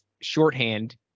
shorthand